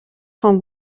sont